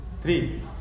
three. (